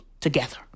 together